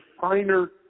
finer